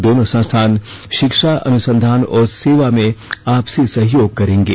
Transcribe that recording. दोनों संस्थान शिक्षा अनुसंधान और सेवा में आपसी सहयोग करेंगे